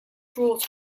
brought